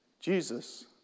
Jesus